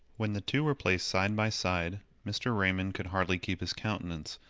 when the two were placed side by side, mr. raymond could hardly keep his countenance,